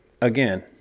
Again